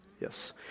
Yes